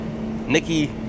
Nikki